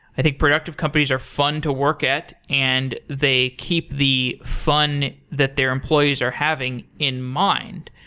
i think productive companies are fun to work at and they keep the fun that their employees are having in mind.